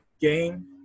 game